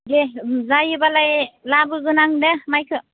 दे जायोबालाय लाबोगोन दे आं माइखौ